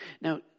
Now